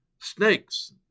Snakes